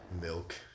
Milk